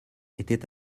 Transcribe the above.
était